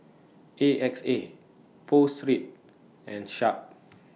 A X A Pho Street and Sharp